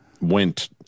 went